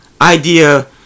idea